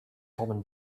common